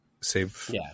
save